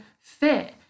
fit